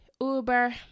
Uber